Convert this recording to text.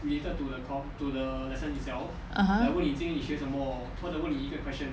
(uh huh)